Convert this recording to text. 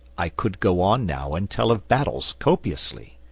i could go on now and tell of battles, copiously.